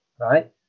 right